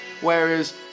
Whereas